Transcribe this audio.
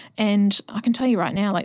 and i can tell you right now, like